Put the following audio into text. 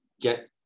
get